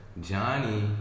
Johnny